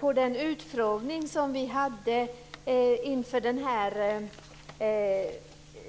På den utfrågning som vi hade inför